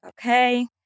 Okay